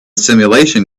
simulation